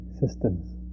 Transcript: systems